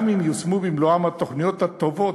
גם אם ייושמו במלואן התוכניות הטובות,